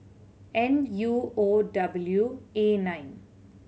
N U O W A nine